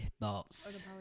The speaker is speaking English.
thoughts